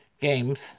games